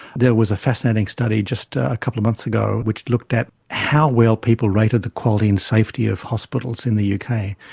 there was a fascinating study just a couple of months ago which looked at how well people rated the quality and safety of hospitals in the uk,